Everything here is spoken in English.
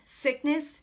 sickness